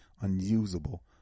unusable